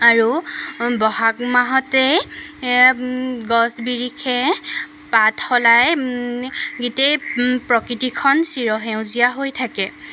আৰু বহাগ মাহতেই গছ বিৰিখে পাত সলায় গোটেই প্ৰকৃতিখন চিৰসেউজীয়া হৈ থাকে